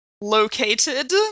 located